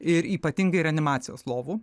ir ypatingai reanimacijos lovų